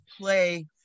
play